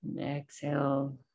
Exhale